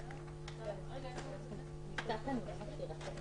שלום לכולם, אני מתכבד לפתוח את הדיון.